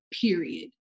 period